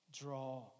Draw